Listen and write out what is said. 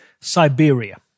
Siberia